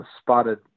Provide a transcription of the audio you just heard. spotted